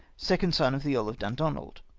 second son of the earl of dundonald.